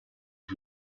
que